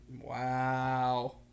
Wow